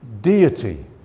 deity